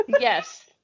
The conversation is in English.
yes